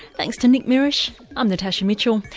thanks to nick mirisch, i'm natasha mitchell,